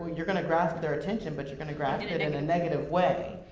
you're gonna grasp their attention, but you're gonna grasp it it in a negative way.